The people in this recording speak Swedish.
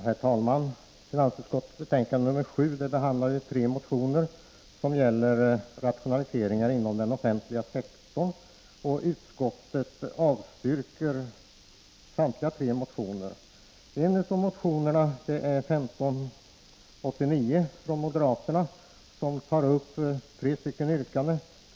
Herr talman! Finansutskottets betänkande nr 7 behandlar tre motioner som gäller rationaliseringar inom den offentliga sektorn. Utskottet avstyrker samtliga tre motioner. En av motionerna, nr 1589 från moderaterna, tar upp tre yrkanden.